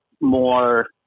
more